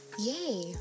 yay